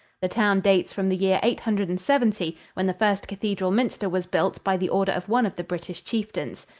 the town dates from the year eight hundred and seventy, when the first cathedral minster was built by the order of one of the british chieftains.